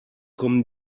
kommen